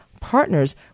partners